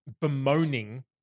bemoaning